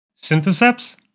Syntheseps